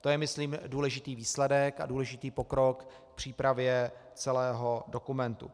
To je myslím důležitý výsledek a důležitý pokrok k přípravě celého dokumentu.